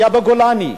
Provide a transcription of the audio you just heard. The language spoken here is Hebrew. היה בגולני,